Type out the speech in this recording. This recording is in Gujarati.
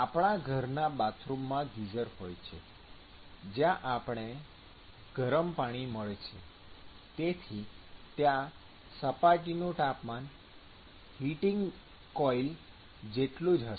આપણા ઘરના બાથરૂમમાં ગીઝર હોય છે જ્યાં આપણને ગરમ પાણી મળે છે તેથી ત્યાં સપાટીનું તાપમાન હીટિંગ કોઇલ જેટલું જ હશે